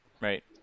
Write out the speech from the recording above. Right